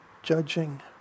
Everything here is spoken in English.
Judging